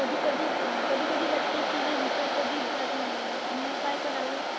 कधी कधी कधी कधी वाटते की हे विचार कधीच जात नाही मग काय करावं